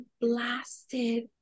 blasted